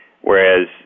Whereas